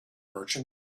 merchant